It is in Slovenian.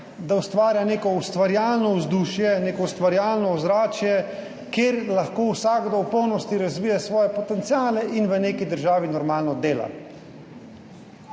da ustvarja neko ustvarjalno vzdušje, neko ustvarjalno ozračje, kjer lahko vsakdo v polnosti razvija svoje potenciale in v neki državi normalno dela.